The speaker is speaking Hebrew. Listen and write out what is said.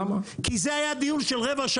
כי זה דובר.